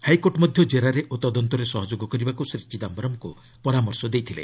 high court ମଧ୍ୟ ଜେରାରେ ଓ ତଦନ୍ତରେ ସହଯୋଗ କରିବାକୁ ଶ୍ରୀ ଚିଦାମ୍ଘରମଙ୍କୁ ପରାମର୍ଶ ଦେଇଥିଲେ